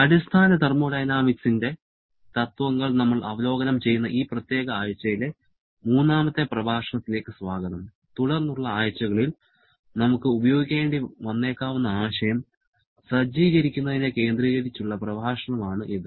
അടിസ്ഥാന തെർമോഡൈനാമിക്സിന്റെ തത്ത്വങ്ങൾ നമ്മൾ അവലോകനം ചെയ്യുന്ന ഈ പ്രത്യേക ആഴ്ചയിലെ മൂന്നാമത്തെ പ്രഭാഷണത്തിലേക്ക് സ്വാഗതം തുടർന്നുള്ള ആഴ്ചകളിൽ നമുക്ക് ഉപയോഗിക്കേണ്ടി വന്നേക്കാവുന്ന ആശയം സജ്ജീകരിക്കുന്നതിനെ കേന്ദ്രീകരിച്ച് ഉള്ള പ്രഭാഷണം ആണ് ഇത്